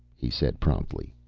he said promptly.